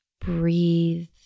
breathe